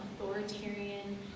authoritarian